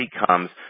becomes